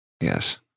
Yes